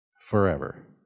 Forever